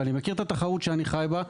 ואני מכיר את התחרות שאני חי בה,